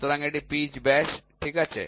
সুতরাং এটি পিচ ব্যাস ঠিক আছে